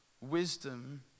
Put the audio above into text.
wisdom